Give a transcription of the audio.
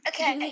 Okay